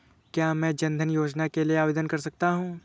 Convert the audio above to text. क्या मैं जन धन योजना के लिए आवेदन कर सकता हूँ?